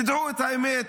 דעו את האמת,